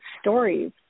stories